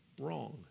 Wrong